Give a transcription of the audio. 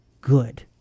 good